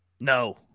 No